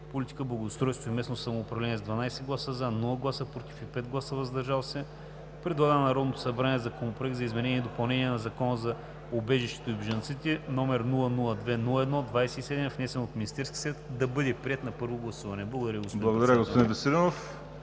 Благодаря, господин Веселинов.